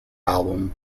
album